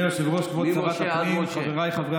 ממשה עד משה.